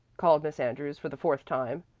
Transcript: called miss andrews for the fourth time.